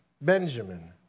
Benjamin